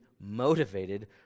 motivated